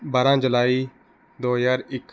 ਬਾਰ੍ਹਾਂ ਜੁਲਾਈ ਦੋ ਹਜ਼ਾਰ ਇੱਕ